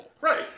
Right